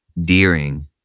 Deering